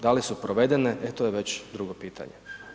Da li su provedene e to je već drugo pitanje.